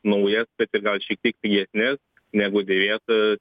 naujas bet ir gal šiek tiek pigesnes negu dėvėtas